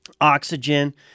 oxygen